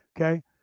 okay